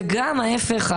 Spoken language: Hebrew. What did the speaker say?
וגם ההיפך,